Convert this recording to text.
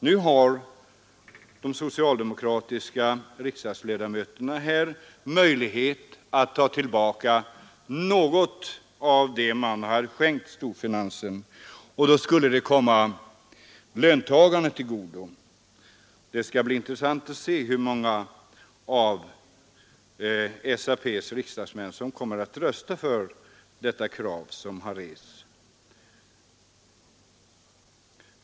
Nu har de socialdemokratiska riksdagsledamöterna möjlighet att ta tillbaka något av det man skänkt storfinansen, och det skulle komma löntagarna till godo. Det skall bli intressant att se hur många av SAP:s riksdagsmän som kommer att rösta för detta krav.